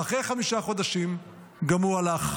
ואחרי חמישה חודשים גם הוא הלך.